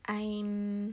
I am